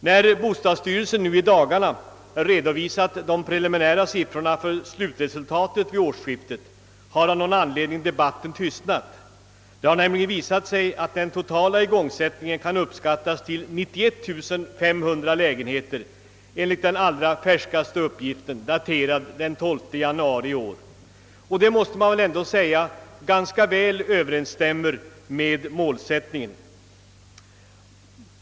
När bostadsstyrelsen nu i dagarna redovisat de preliminära siffrorna för slutresultatet vid årsskiftet har av någon anledning debatten tystnat. Det har nämligen visat sig att den totala igångsättningen kan uppskattas till 91 500 lägenheter enligt den allra färskaste uppgiften, daterad den 12 januari i år. Det måste man väl ändå säga överensstämmer med målsättningen ganska väl.